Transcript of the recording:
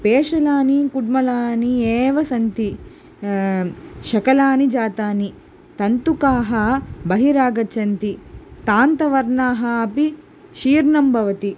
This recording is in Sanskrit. पेषणानि कुड्मलानि एव सन्ति शकलानि जातानि तन्तुकाः बहिरागच्छन्ति तान्तवर्णाः अपि शीर्णं भवति